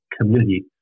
community